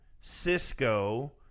Cisco